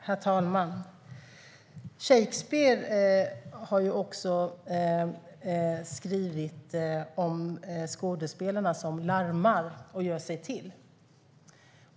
Herr talman! Shakespeare har ju också skrivit om skådespelarna som larmar och gör sig till.